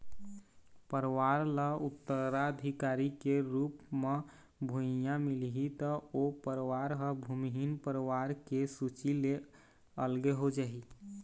परवार ल उत्तराधिकारी के रुप म भुइयाँ मिलही त ओ परवार ह भूमिहीन परवार के सूची ले अलगे हो जाही